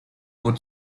could